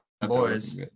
boys